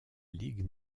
ligue